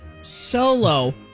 solo